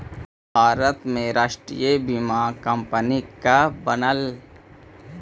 भारत में राष्ट्रीय बीमा कंपनी कब बनलइ?